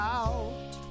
out